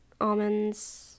almonds